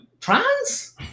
trans